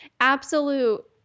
absolute